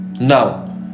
Now